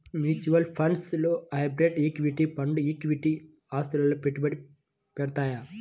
mutual funds లో private equity ఫండ్లు liquid ఆస్తులలో పెట్టుబడి పెడతయ్యి